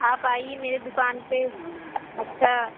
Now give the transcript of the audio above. आप आइए मेरी दुकान पे अच्छा